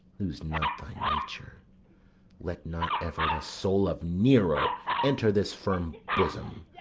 lose not thy nature let not ever the soul of nero enter this firm bosom